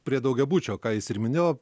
prie daugiabučio ką jis ir minėjo